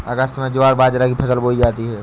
अगस्त में ज्वार बाजरा की फसल बोई जाती हैं